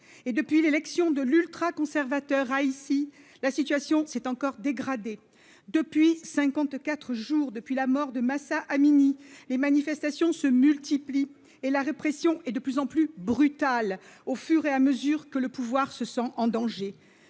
et depuis l'élection de l'ultraconservateur a ici, la situation s'est encore dégradée depuis 54 jours depuis la mort de Mahsa Amini, les manifestations se multiplient et la répression et de plus en plus brutal au fur et à mesure que le pouvoir se sent en danger